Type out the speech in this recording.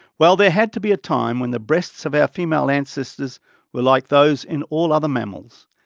well there had to be a time when the breasts of our female ancestors were like those in all other mammals,